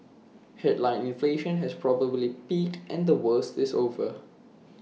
headline inflation has probably peaked and the worst is over